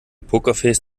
pokerface